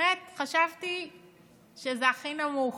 באמת חשבתי שזה הכי נמוך.